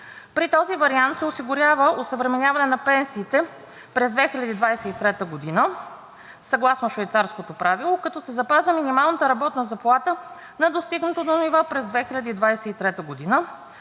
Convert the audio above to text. При този вариант се осигурява осъвременяване на пенсиите през 2023 г. съгласно швейцарското правило, като се запазва минималната работна заплата на достигнатото ниво през 2023 г.,